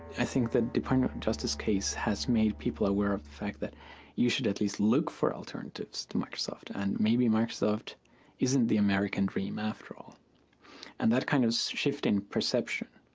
i think that department of justice case has made people aware of the fact that you should at least look for alternatives to microsoft. and maybe microsoft isn't the american dream after all and that kind of shifting perception